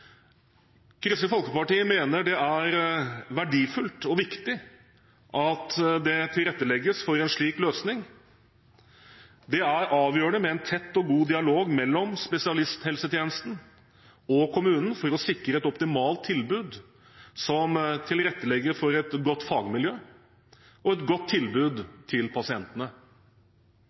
Kristelig Folkeparti mener det er verdifullt og viktig at det tilrettelegges for en slik løsning. Det er avgjørende med en tett og god dialog mellom spesialisthelsetjenesten og kommunen for å sikre et optimalt tilbud som tilrettelegger for et godt fagmiljø, og et godt tilbud til pasientene.